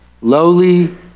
lowly